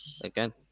again